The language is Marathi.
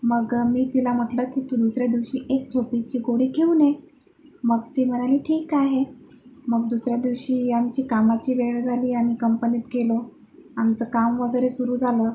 मग मी तिला म्हटलं की तू दुसऱ्या दिवशी एक झोपेची गोळी घेऊन ये मग ती म्हणाली ठीक आहे मग दुसऱ्या दिवशी आमची कामाची वेळ झाली आम्ही कंपनीत गेलो आमचं काम वगैरे सुरू झालं